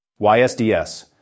YSDS